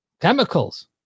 Chemicals